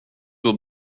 will